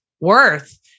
worth